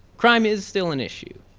crime is still an issue,